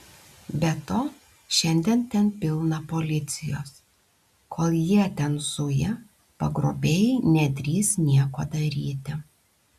be to šiandien ten pilna policijos kol jie ten zuja pagrobėjai nedrįs nieko daryti